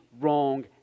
wrong